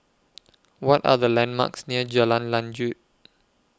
What Are The landmarks near Jalan Lanjut